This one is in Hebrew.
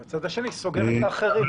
ומהצד השני סוגרת את האחרים.